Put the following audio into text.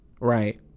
right